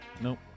Nope